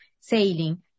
sailing